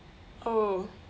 oh